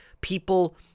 people